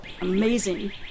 Amazing